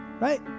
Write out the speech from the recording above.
right